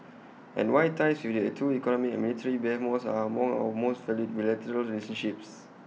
and why ties with the two economic and military behemoths are among our most valued bilateral relationships